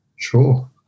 Sure